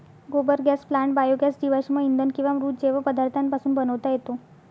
गोबर gas plant biogas जीवाश्म इंधन किंवा मृत जैव पदार्थांपासून बनवता येतो